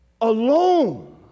alone